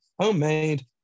homemade